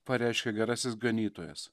pareiškė gerasis ganytojas